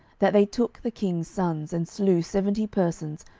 that they took the king's sons, and slew seventy persons,